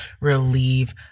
relieve